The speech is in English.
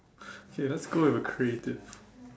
okay let's go with a creative